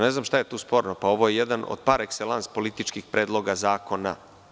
Ne znam šta je tu sporno, pa ovo je jedan od par ekselans političkih predloga zakona.